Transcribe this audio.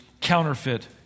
counterfeit